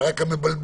וזה רק היה מבלבל.